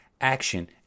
action